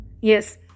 yes